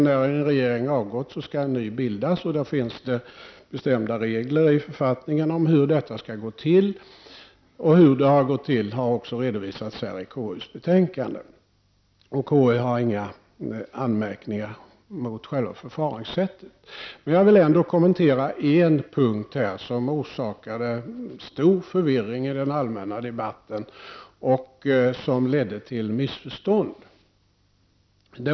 När en regering har avgått skall en ny bildas. Det finns då bestämda regler i författningen om hur det skall gå till. Hur det har gått till har också redovisats i KUs betänkande. KU har ingen anmärkning mot själva förfaringssättet. Jag vill ändå kommentera en punkt som orsakade stor förvirring i den allmänna debatten och som ledde till missförstånd.